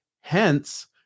Hence